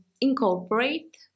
incorporate